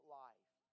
life